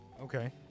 Okay